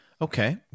Okay